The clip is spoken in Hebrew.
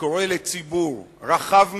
וקורא לציבור רחב מאוד,